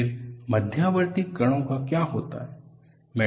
फिर मध्यवर्ती कणों का क्या होता है